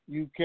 UK